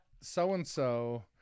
so-and-so